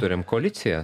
turim koaliciją